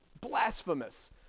Blasphemous